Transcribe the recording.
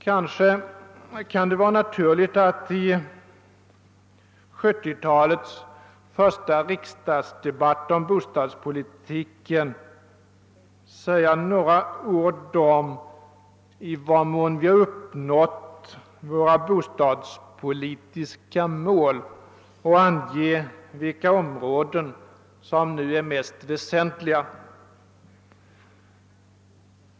Kanske kan det vara naturligt att i 1970-talets första riksdagsdebatt om bostadspolitiken säga några ord om i vad, mån vi har uppnått våra bostadspolitiska mål och ange vilka områden som nu är mest väsentliga.